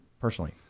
personally